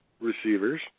receivers